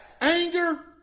Anger